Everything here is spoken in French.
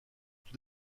tout